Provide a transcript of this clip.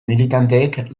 militanteek